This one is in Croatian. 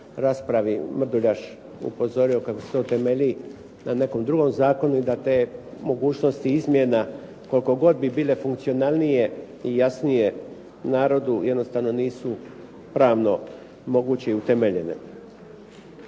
raspravi Mrduljaš upozorio kako se to temelji na nekom drugom zakonu i da te mogućnosti izmjena koliko god bi bile funkcionalnije i jasnije narodu jednostavno nisu pravno moguće i utemeljene.